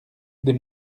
des